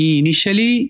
initially